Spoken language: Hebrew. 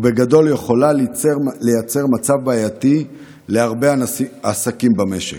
ובגדול, יכולה לייצר מצב בעייתי להרבה עסקים במשק,